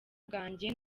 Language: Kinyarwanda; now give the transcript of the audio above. bwanjye